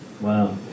Wow